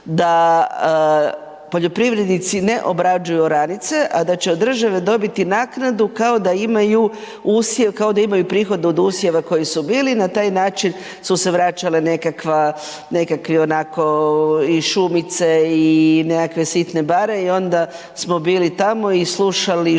Da poljoprivrednici ne obrađuju oranice, a da će od države dobiti naknadu kao da imaju usjev, kao da imaju prihode od usjeva koji su bili i na taj način su se vraćale nekakva, nekakvi onako iz šumice i nekakve sitne bare i onda smo bili tamo i slušali žabe.